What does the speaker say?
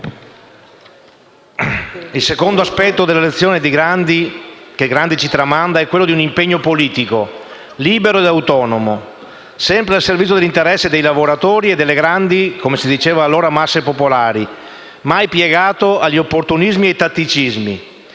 Il secondo aspetto della lezione che Grandi ci tramanda è quello di un impegno politico libero e autonomo, sempre al servizio dell'interesse dei lavoratori e delle grandi - come si diceva allora - masse popolari, mai piegato agli opportunismi e ai tatticismi,